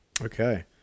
Okay